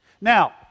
Now